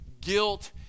guilt